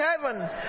heaven